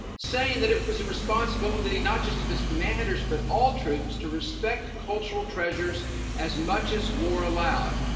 saying that it was a responsibility not just of his commanders, but all troops to respect cultural treasures as much as were allowed.